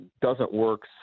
doesn't-work